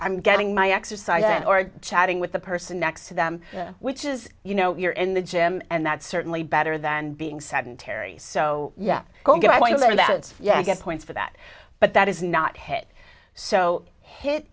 i'm getting my exercise or chatting with the person next to them which is you know you're in the gym and that's certainly better than being sedentary so yeah good point and that's yeah i guess points for that but that is not hit so hit